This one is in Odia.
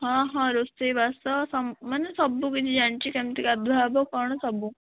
ହଁ ହଁ ରୋଷେଇ ବାସ ମାନେ ସବୁ କିଛି ଜାଣିଛି କେମିତି ଗାଧୁଆ ହେବ କ'ଣ ସବୁ